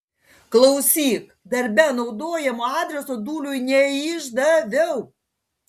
klausyk darbe naudojamo adreso dūliui neišdaviau